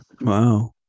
Wow